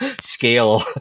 scale